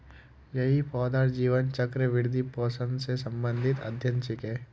यई पौधार जीवन चक्र, वृद्धि, पोषण स संबंधित अध्ययन छिके